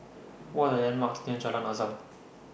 What Are The landmarks near Jalan Azam